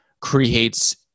creates